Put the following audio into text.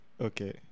Okay